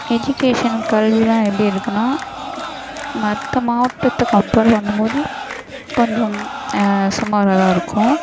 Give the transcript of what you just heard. education கல்வியெலாம் எப்படி இருக்கும்னால் மற்ற மாவட்டத்தை கம்பேர் பண்ணும் போது கொஞ்சம் சுமாராக தான் இருக்கும்